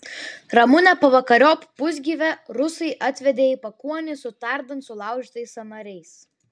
ramunę pavakariop pusgyvę rusai atvedė į pakuonį su tardant sulaužytais sąnariais